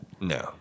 No